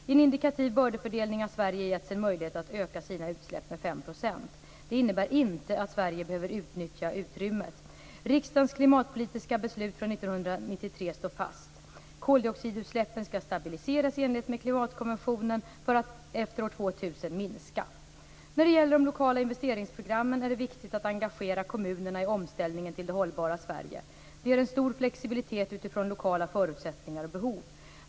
I en indikativ bördefördelning har Sverige getts en möjlighet att öka sina utsläpp med 5 %. Det innebär inte att Sverige behöver utnyttja utrymmet. Riksdagens klimatpolitiska beslut från 1993 står fast. Koldioxidutsläppen skall stabiliseras i enlighet med klimatkonventionen för att efter år 2000 minska. När det gäller det lokala investeringsprogrammet är det viktigt att engagera kommunerna i omställningen till det hållbara Sverige. Det ger en stor flexibilitet utifrån lokala förutsättningar och behov.